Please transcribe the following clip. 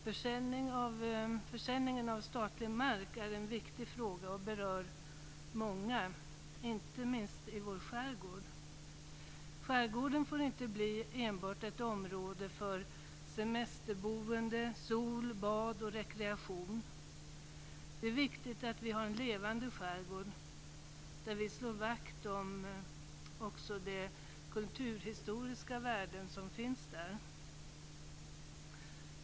Försäljningen av statlig mark är en viktig fråga och berör många, inte minst i vår skärgård. Skärgården får inte bli enbart ett område för semesterboende, sol, bad och rekreation. Det är viktigt att vi har en levande skärgård där vi också slår vakt om de kulturhistoriska värden som finns där.